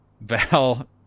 Val